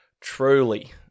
Truly